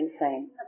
insane